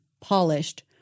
polished